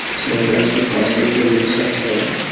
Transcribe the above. so that's what causes a failure to self-development.